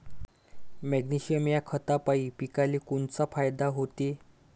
Magnesium ह्या खतापायी पिकाले कोनचा फायदा होते?